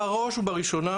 בראש ובראשונה